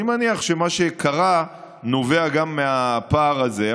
אני מניח שמה שקרה נובע גם מהפער הזה.